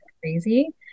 crazy